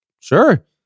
sure